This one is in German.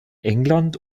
england